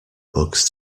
bugs